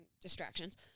distractions